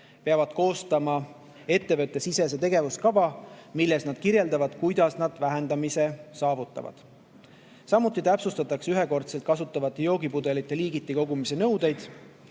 peavad koostama ettevõttesisese tegevuskava, milles nad kirjeldavad, kuidas nad vähendamise saavutavad. Samuti täpsustatakse ühekordselt kasutatavate joogipudelite liigiti kogumise nõudeid.